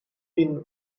bin